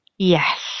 Yes